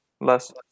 less